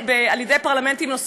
לא עושים חקיקה פרסונלית.